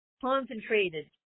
concentrated